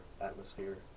atmosphere